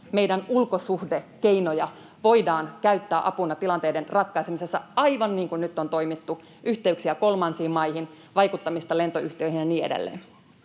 meidän ulkosuhdekeinoja voidaan käyttää apuna tilanteiden ratkaisemisessa aivan niin kuin nyt on toimittu, yhteyksiä kolmansiin maihin, vaikuttamista lentoyhtiöihin ja niin edelleen.